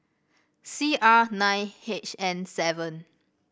C R nine H N seven